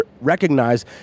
recognize